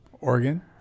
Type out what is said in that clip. Oregon